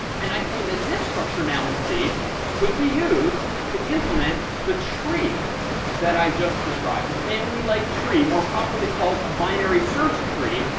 and i claim that this structure now in c could be used to implement the tree that i just described, the family-like tree, more properly called a binary search tree,